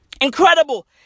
incredible